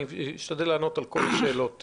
אני אשתדל לענות על כל השאלות.